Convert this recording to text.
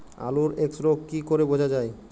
আলুর এক্সরোগ কি করে বোঝা যায়?